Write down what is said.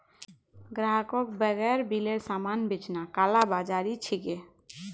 ग्राहकक बेगैर बिलेर सामान बेचना कालाबाज़ारी छिके